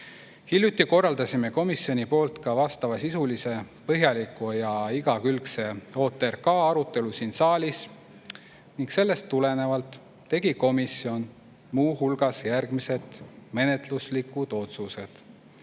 Hiljuti korraldasime komisjoniga ka vastavasisulise põhjaliku ja igakülgse OTRK arutelu siin saalis ning sellest tulenevalt tegi komisjon muu hulgas järgmised menetluslikud otsused.